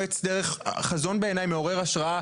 חזון בעיני מעורר השראה,